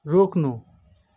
रोक्नु